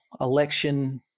election